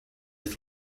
its